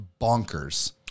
bonkers